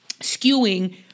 skewing